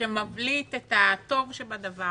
שמבליט את הטוב שבדבר